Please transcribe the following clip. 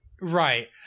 right